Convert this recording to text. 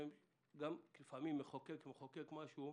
לפעמים מחוקק, מחוקק משהו,